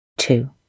Two